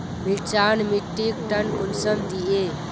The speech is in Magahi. मिर्चान मिट्टीक टन कुंसम दिए?